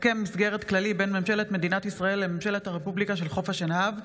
הסכם מסגרת כללי בין ממשלת מדינת ישראל לממשלת הרפובליקה של חוף השנהב,